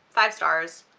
five stars,